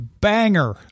Banger